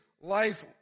life